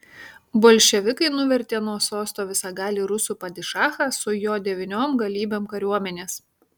bolševikai nuvertė nuo sosto visagalį rusų padišachą su jo devyniom galybėm kariuomenės